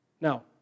Now